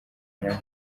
nyuma